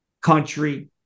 country